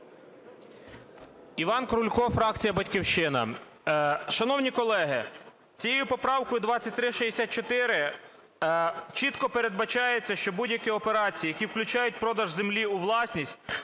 Іван Крулько, фракція "Батьківщина". Шановні колеги, цією поправкою 2364 чітко передбачається, що будь-які операції, які включають продаж землі у власність,